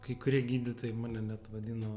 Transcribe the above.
kai kurie gydytojai mane net vadino